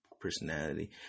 personality